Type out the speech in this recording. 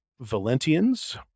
Valentians